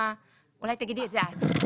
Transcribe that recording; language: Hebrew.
אולי תגידי את זה את.